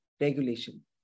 regulation